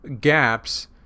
gaps